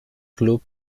club